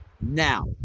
Now